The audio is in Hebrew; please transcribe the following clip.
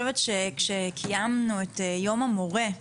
שכשקיימנו את יום המורה,